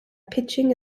pitching